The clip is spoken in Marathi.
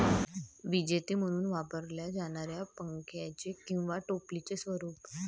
विजेते म्हणून वापरल्या जाणाऱ्या पंख्याचे किंवा टोपलीचे स्वरूप